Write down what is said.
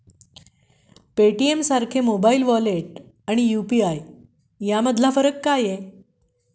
पेटीएमसारख्या mobile wallet आणि UPI यामधला फरक काय आहे?